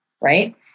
Right